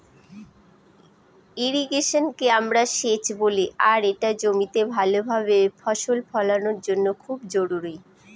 ইর্রিগেশনকে আমরা সেচ বলি আর এটা জমিতে ভাল ভাবে ফসল ফলানোর জন্য খুব জরুরি